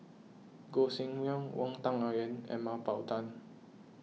Gog Sing Hooi Wang Dayuan and Mah Bow Tan